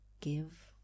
give